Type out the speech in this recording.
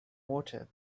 water